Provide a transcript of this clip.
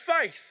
faith